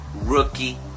rookie